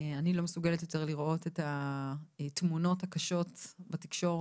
אני לא מסוגלת יותר לראות את התמונות הקשות בתקשורת,